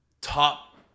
top